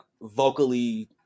vocally